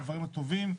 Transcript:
הדברים הטובים,